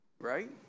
right